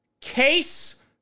Case